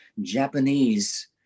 Japanese